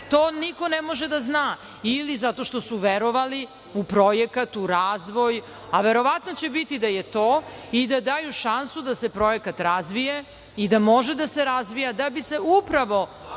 To niko ne može da zna ili zato što su verovali u projekat, u razvoj, a verovatno će biti da je to, i da daju šansu da se projekat razvije i da može da se razvija da bi se upravo